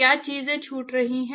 क्या चीज छूट रही है